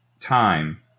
time